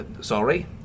Sorry